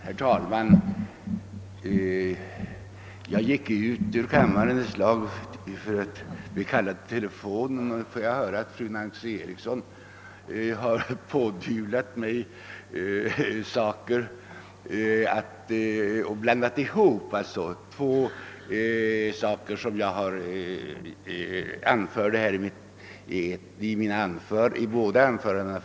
Herr talman! Jag blev kallad ut ur kammaren ett slag av ett telefonsamtal; och nu får jag höra att fru Eriksson i Stockholm har blandat ihop två yttranden i mina anföranden.